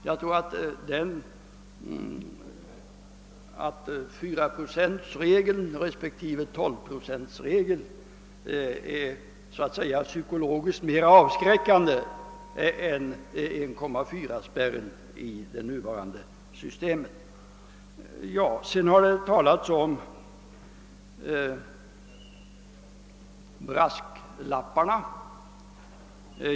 Jag tror att fyraprocentsregeln respektive tolvprocentsregeln så att säga är psykologiskt mer avskräckande än 1,4-spärren i det nuvarande systemet. Sedan har det talats om brasklappar.